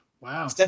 Wow